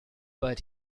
but